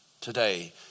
today